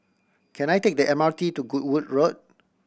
can I take the M R T to Goodwood Road